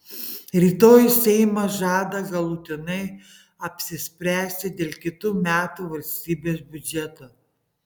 rytoj seimas žada galutinai apsispręsti dėl kitų metų valstybės biudžeto